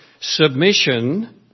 submission